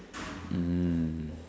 mm